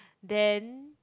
then